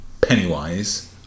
Pennywise